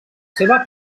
seva